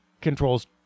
controls